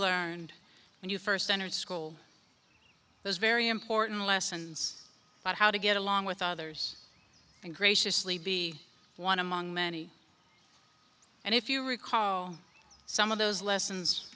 learned when you first entered school those very important lessons about how to get along with others and graciously be one among many and if you recall some of those lessons